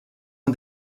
ans